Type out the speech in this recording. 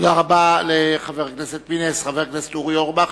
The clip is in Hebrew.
תודה רבה לחבר הכנסת פינס, חבר הכנסת אורי אורבך,